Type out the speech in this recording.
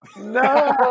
No